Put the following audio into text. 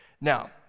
Now